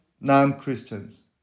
non-Christians